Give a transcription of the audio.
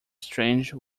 strange